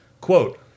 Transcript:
Quote